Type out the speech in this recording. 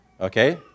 Okay